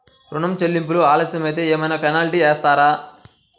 ఋణ చెల్లింపులు ఆలస్యం అయితే ఏమైన పెనాల్టీ వేస్తారా?